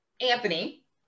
Anthony